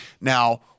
Now